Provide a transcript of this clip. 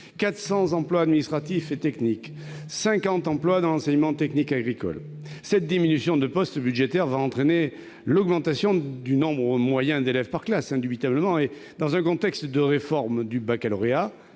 400 emplois administratifs et techniques et 50 emplois dans l'enseignement technique agricole. Cette diminution des postes budgétaires va entraîner une augmentation du nombre moyen d'élèves par classe, dans un contexte de réforme du baccalauréat